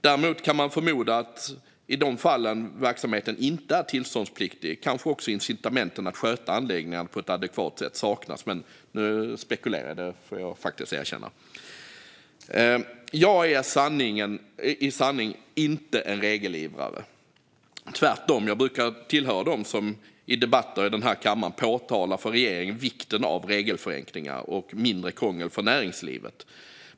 Däremot kan man förmoda att i de fall verksamheten inte är tillståndspliktig kanske också incitamenten att sköta anläggningarna på adekvat sätt saknas. Nu spekulerar jag, får jag erkänna. Jag är i sanning inte en regelivrare - tvärtom! Jag brukar vara en av dem som i debatter i den här kammaren för regeringen påpekar vikten av regelförenklingar och mindre krångel för näringslivet.